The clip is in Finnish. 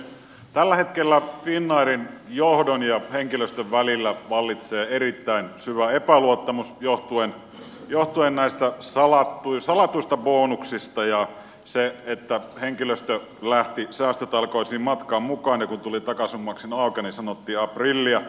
tällä hetkellä finnairin johdon ja henkilöstön välillä vallitsee erittäin syvä epäluottamus johtuen näistä salatuista bonuksista ja siitä että henkilöstö lähti säästötalkoisiin matkaan mukaan ja kun tuli takaisinmaksun aika niin sanottiin aprillia